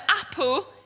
apple